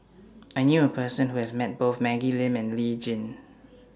I knew A Person Who has Met Both Maggie Lim and Lee Tjin